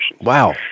Wow